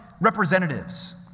representatives